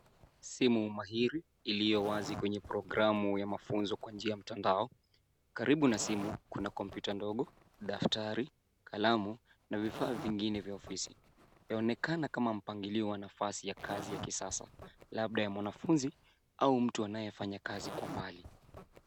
Simu mahiri, iliyo wazi kwenye programu ya mafunzo kwa njia ya mtandao. Karibu na simu, kuna kompyuta ndogo, daftari, kalamu, na vifaa vingine vya ofisi. Yaonekana kama mpangilio wa nafasi ya kazi ya kisasa, labda ya mwanafunzi au mtu anayefanya kazi kwa mbali.